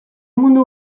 mundu